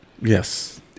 Yes